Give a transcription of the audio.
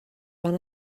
van